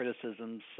criticisms